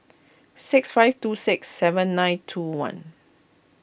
six five two six seven nine two one